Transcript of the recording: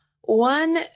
one